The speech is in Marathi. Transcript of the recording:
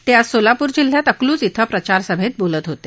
ते आज सोलापूर जिल्ह्यात अकलूज इथं प्रचारसभेत बोलत होते